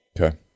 Okay